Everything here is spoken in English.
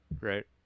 right